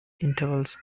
intervals